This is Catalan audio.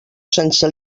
sense